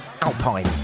alpine